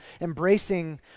embracing